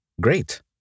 great